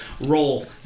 roll